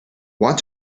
want